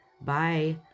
Bye